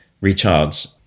recharge